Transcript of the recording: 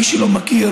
למי שלא מכיר,